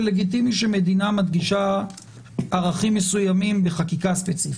ולגיטימי שמדינה מדגישה ערכים מסוימים בחקיקה ספציפית.